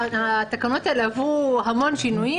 התקנות האלה עברו המון שינויים.